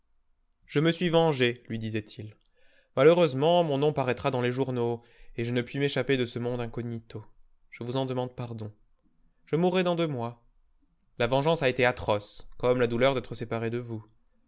je me suis vengé lui disait-il malheureusement mon nom paraîtra dans les journaux et je ne puis m'échapper de ce monde incognito je vous en demande pardon je mourrai dans deux mois la vengeance a été atroce comme la douleur d'être séparé de vous